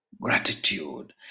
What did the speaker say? gratitude